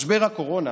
משבר הקורונה